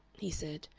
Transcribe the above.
he said,